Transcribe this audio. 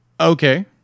Okay